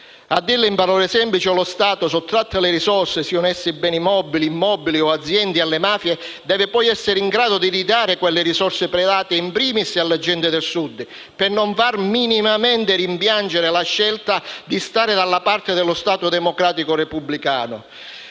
A dirla in parole semplici, lo Stato, sottratte le risorse (sia essi beni mobili, immobili o aziende) alle mafie, deve poi essere in grado di ridare quelle risorse predate *in primis* alle genti del Sud, per non far minimamente rimpiangere la scelta di stare dalla parte dello Stato democratico repubblicano.